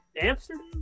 Amsterdam